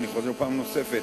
אני חוזר פעם נוספת,